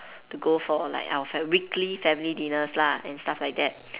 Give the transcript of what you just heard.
to go for like our family weekly family dinners lah and stuff like that